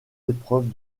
épreuves